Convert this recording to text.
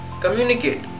Communicate